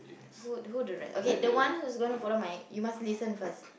who who the rest okay the one who's gonna follow my you must listen first